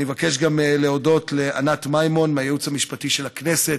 אני מבקש להודות גם לענת מימון מהייעוץ המשפטי של הכנסת,